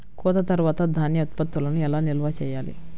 కోత తర్వాత ధాన్య ఉత్పత్తులను ఎలా నిల్వ చేయాలి?